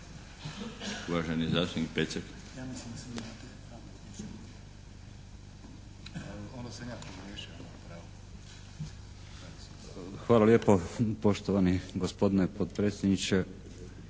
Hvala lijepo. Poštovani gospodine potpredsjedniče,